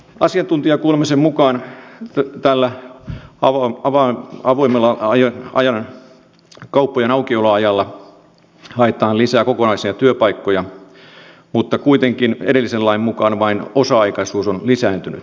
asiantuntijakuulemisen mukaan tällä avoimella kauppojen aukioloajalla haetaan lisää kokonaisia työpaikkoja mutta kuitenkin edellisen lain mukaan vain osa aikaisuus on lisääntynyt